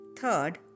Third